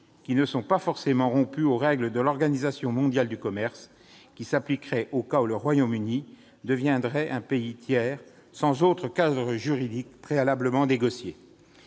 ne sont pas forcément rompues aux règles de l'Organisation mondiale du commerce, l'OMC, qui s'appliqueraient au cas où le Royaume-Uni deviendrait un pays tiers, sans autre cadre juridique préalablement négocié.